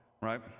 right